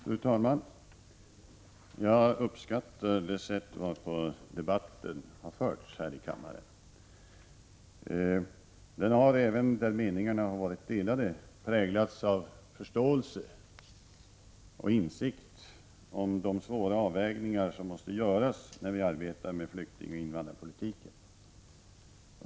Fru talman! Jag uppskattar det sätt varpå debatten har förts här i 8maj 1987 kammaren. Den har även där meningarna varit delade präglats av förståelse och insikt om att svåra avvägningar måste göras när vi arbetar med flyktingoch invandrarpolitiken.